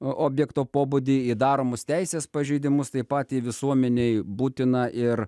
objekto pobūdį į daromus teisės pažeidimus taip pat į visuomenei būtiną ir